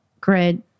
grid